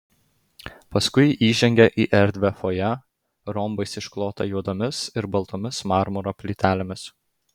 paskui įžengė į erdvią fojė rombais išklotą juodomis ir baltomis marmuro plytelėmis